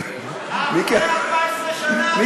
השאלה אם אחרי 14 שנה העבירה הזו נמחקת.